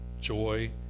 joy